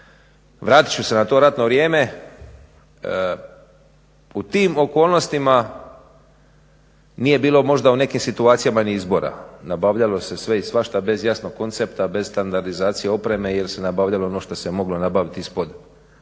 Vratit ću se na to ratno vrijeme. U tim okolnostima nije bilo možda u nekim situacijama ni izbora. Nabavljalo se sve i svašta, bez jasnog koncepta, bez standardizacije opreme jer se nabavljalo ono što se moglo nabavljati ispod banka